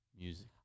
music